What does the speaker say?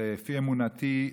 לפי אמונתי,